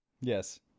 Yes